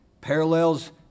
parallels